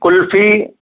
kulfi